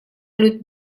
lut